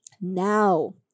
now